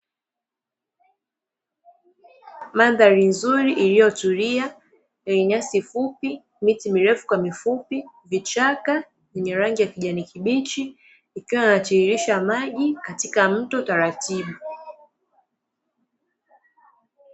Mandhari nzuri iliyotulia, yenye nyasi fupi, miti mirefu kwa mifupi, vichaka vyenye rangi ya kijani kibichi ikiwa inatiririsha maji katika mto taratibu.